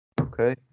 Okay